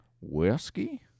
Whiskey